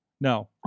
no